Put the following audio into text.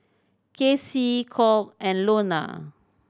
Kacie Colt and Lonna